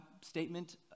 statement